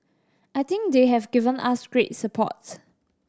I think they have given us great support